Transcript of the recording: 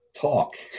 talk